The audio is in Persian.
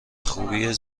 خوبی